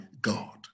God